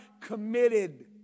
committed